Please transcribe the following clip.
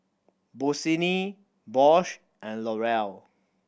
Bossini Bose and L'Oreal